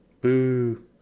Boo